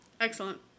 Excellent